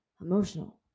emotional